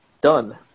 done